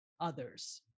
others